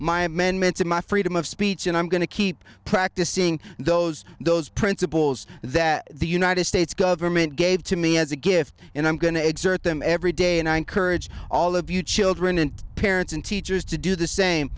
to my freedom of speech and i'm going to keep practicing those those principles that the united states government gave to me as a gift and i'm going to exert them every day and i encourage all of you children and parents and teachers to do the same